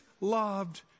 loved